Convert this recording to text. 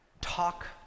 Talk